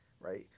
right